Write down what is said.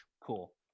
Cool